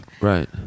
Right